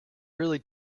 really